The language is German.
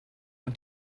und